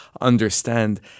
understand